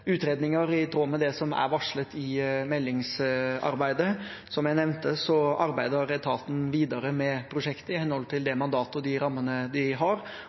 utredninger i tråd med det som er varslet i meldingsarbeidet. Som jeg nevnte, arbeider etaten videre med prosjektet i henhold til det mandatet og de rammene de har.